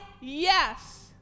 Yes